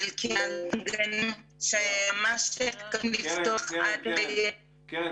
כן צריך לבחור ובעצם להשהות את ההיתר שימוש